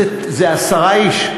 זה עשרה איש.